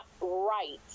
right